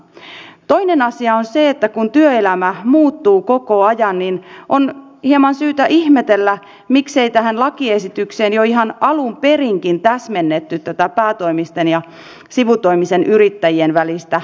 toinen asia on se että kun työelämä muuttuu koko ajan niin on hieman syytä ihmetellä miksei tähän lakiesitykseen jo ihan alun perinkin täsmennetty tätä päätoimisten ja sivutoimisten yrittäjien välistä rajanvetoa